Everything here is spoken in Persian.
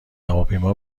هواپیما